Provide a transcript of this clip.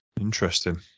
Interesting